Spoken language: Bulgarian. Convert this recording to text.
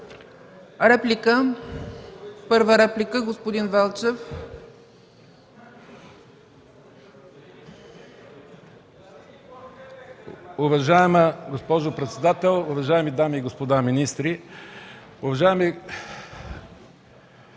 Реплика? Първа реплика – господин Велчев.